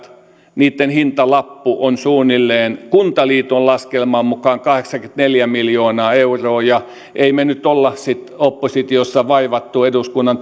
hintalappu on kuntaliiton laskelman mukaan suunnilleen kahdeksankymmentäneljä miljoonaa euroa emme me nyt ole oppositiossa vaivanneet eduskunnan